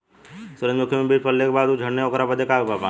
सुरजमुखी मे बीज पड़ले के बाद ऊ झंडेन ओकरा बदे का उपाय बा?